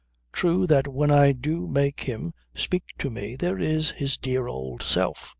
true that when i do make him speak to me, there is his dear old self,